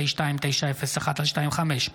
פ/2901/25,